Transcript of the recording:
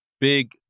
big